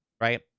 right